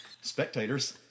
Spectators